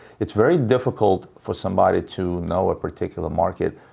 it's very difficult for somebody to know a particular market,